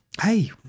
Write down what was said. Hey